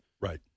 right